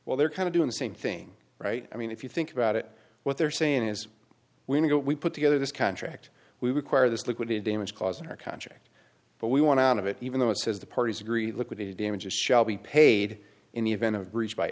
well they're kind of doing the same thing right i mean if you think about it what they're saying is when we go we put together this contract we require this liquidated damages caused our contract but we want out of it even though it says the parties agree look at the damages shall be paid in the event of breach by